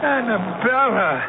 Annabella